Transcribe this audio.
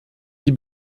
die